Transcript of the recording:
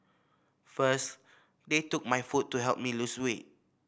first they took my food to help me lose weight